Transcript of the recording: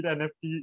nft